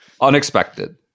unexpected